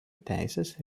teisės